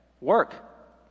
work